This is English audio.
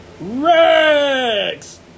Rex